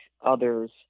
others